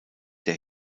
der